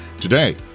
Today